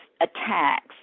attacks